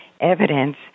evidence